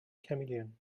chameleon